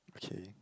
okay